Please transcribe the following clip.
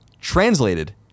translated